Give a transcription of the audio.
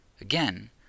Again